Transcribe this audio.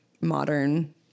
modern